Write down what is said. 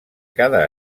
cada